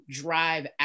drive